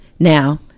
Now